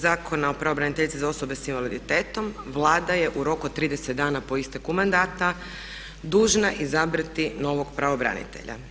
Zakona o pravobraniteljici za osobe s invaliditetom Vlada je u roku od 30 dana po isteku mandata dužna izabrati novog pravobranitelja.